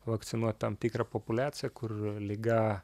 vakcinuot tam tikrą populiaciją kur liga